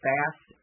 Fast